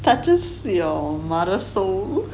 touches your mother's soul